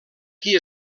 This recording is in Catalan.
qui